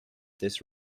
this